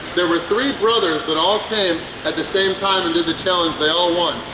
there were three brothers that all came at the same time and did the challenge, they all won.